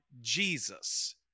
Jesus